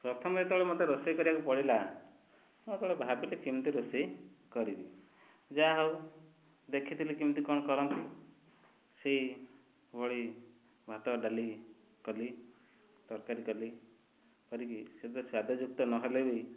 ପ୍ରଥମେ ଯେତେବେଳେ ମୋତେ ରୋଷେଇ କରିବାକୁ ପଡ଼ିଲା ମୁଁ ଯେତେବେଳେ ଭାବିଲି କେମିତି ରୋଷେଇ କରିବି ଯାହା ହଉ ଦେଖିଥିଲି କେମିତି କ'ଣ କରନ୍ତି ସେଇଭଳି ଭାତ ଡାଲି କଲି ତରକାରୀ କଲି କରିକି ସେ ତ ସ୍ୱାଦଯୁକ୍ତ ନହେଲେ ବି